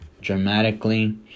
dramatically